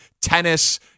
Tennis